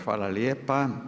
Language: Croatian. Hvala lijepa.